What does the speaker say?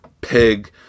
pig